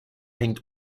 hängt